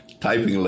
typing